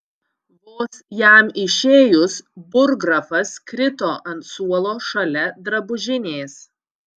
vos jam išėjus burggrafas krito ant suolo šalia drabužinės